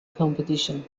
competition